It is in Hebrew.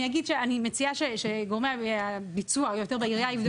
אני אגיד שאני מציעה שגורמי הביצוע יותר בעירייה יבדקו את הדברים האלה.